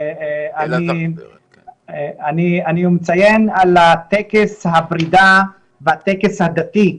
אני מציין את טקס הפרידה בטקס הדתי,